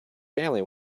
family